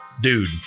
dude